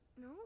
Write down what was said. no